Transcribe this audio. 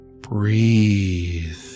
breathe